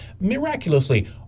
miraculously